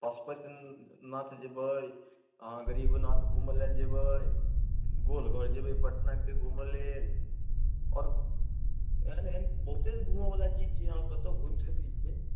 पशुपति नाथ जयबै अहाँ गरीब नाथ घूमे लऽ जयबै गोलघर जयबै पटनाके घूमऽके लेल आओर एहन एहन बहुते घूमे बला चीज छै कतहुँ अहाँ घूमि सकैत छियै